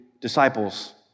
disciples